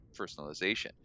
personalization